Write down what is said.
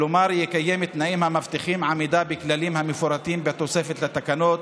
כלומר יקיים תנאים המבטיחים עמידה בכללים המפורטים בתוספת לתקנות,